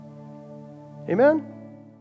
Amen